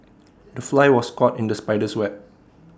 the fly was caught in the spider's web